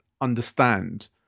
understand